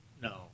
no